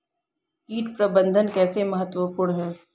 कीट प्रबंधन कैसे महत्वपूर्ण है?